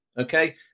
Okay